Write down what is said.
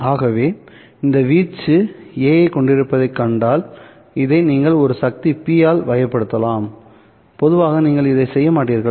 ஆகவே இது வீச்சு A ஐக் கொண்டிருப்பதைக் கண்டால் இதை நீங்கள் ஒரு சக்தி P ஆல் வகைப்படுத்தலாம்பொதுவாக நீங்கள் இதைச் செய்ய மாட்டீர்கள்